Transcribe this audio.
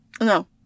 No